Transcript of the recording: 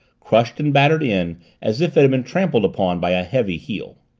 crushed and battered in as if it had been trampled upon by a heavy heel.